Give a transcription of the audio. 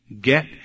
Get